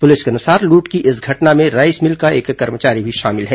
police के अनुसार लूट की इस घटना में राईस मिल का एक कर्मचारी भी शामिल है